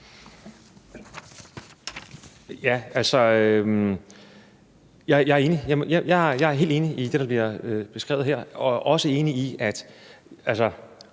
Jeg er helt enig i det, der bliver beskrevet her, og også enig i –